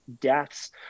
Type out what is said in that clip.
deaths